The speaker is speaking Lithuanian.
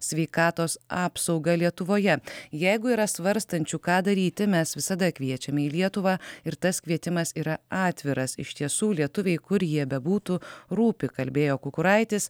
sveikatos apsaugą lietuvoje jeigu yra svarstančių ką daryti mes visada kviečiam į lietuvą ir tas kvietimas yra atviras iš tiesų lietuviai kur jie bebūtų rūpi kalbėjo kukuraitis